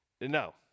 No